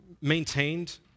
maintained